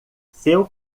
seu